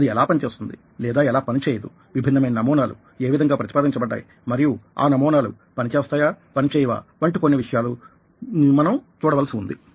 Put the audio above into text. అది ఎలా పని చేస్తుంది లేదా ఎలా పని చేయదు విభిన్నమైన నమూనాలు ఏవిధంగా గా ప్రతిపాదించబడ్డాయి మరియు ఆ నమూనాలు పనిచేస్తాయా పని చేయవా వంటి కొన్ని విషయాలు మనం చూడవలసి ఉంది